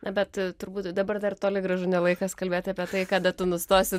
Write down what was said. na bet turbūt dabar dar toli gražu ne laikas kalbėti apie tai kada tu nustosi